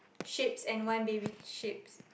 sheeps and one baby sheeps